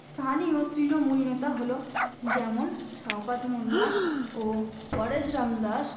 স্থানীয় তৃণমূল নেতা হল যেমন শওকত মোল্লা ও পরেশরাম দাস